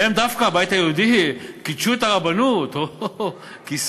והם דווקא, הבית היהודי, קידשו את הרבנות, כיסא,